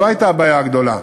זו הייתה הבעיה הגדולה,